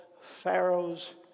Pharaoh's